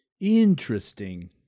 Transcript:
Interesting